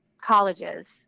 colleges